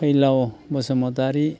फैलाव बसुमतारि